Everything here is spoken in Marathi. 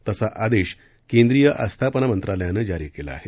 तसा आदेश केंद्रीय आस्थापना मंत्रालायनं जारी केला आहे